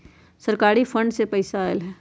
सरकारी फंड से पईसा आयल ह?